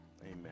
Amen